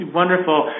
wonderful